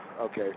Okay